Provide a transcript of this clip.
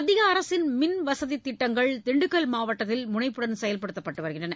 மத்திய அரசின் மின்வசதித் திட்டங்கள் திண்டுக்கல் மாவட்டத்தில் முனைப்புடன் செயல்படுத்தப்பட்டு வருகிறது